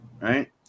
Right